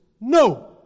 no